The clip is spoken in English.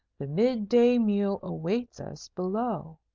the mid-day meal awaits us below.